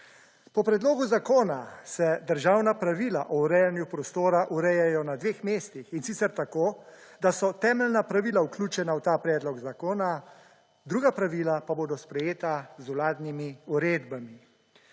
Po predlogu zakona se državna pravila o urejanju prostora urejajo na dveh mestih, in sicer tako, da so temeljna pravila vključena v ta predlog zakona. Druga pravila pa bodo sprejeta z vladnimi uredbami.